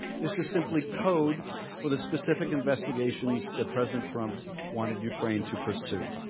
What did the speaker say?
this is simply code for the specific investigations that president trump wanted ukraine to pursue.